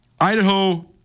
Idaho